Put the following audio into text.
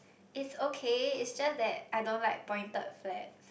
it's okay it's just that I don't like pointed flat